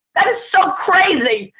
that is so crazy.